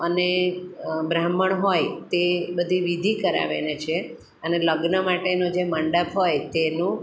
અને બ્રાહ્મણ હોય તે બધી વિધિ કરાવે ને છે અને લગ્ન માટેનો જ મંડપ હોય તેનું